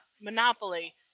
Monopoly